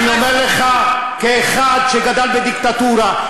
אני אומר לך כאחד שגדל בדיקטטורה,